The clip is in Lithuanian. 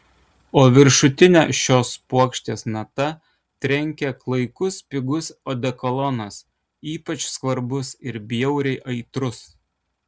o viršutine šios puokštės nata trenkė klaikus pigus odekolonas ypač skvarbus ir bjauriai aitrus